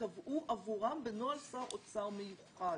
שייקבעו עבורם בנוהל שר אוצר מיוחד.